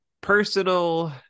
personal